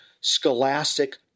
scholastic